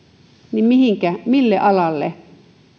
niin mille alalle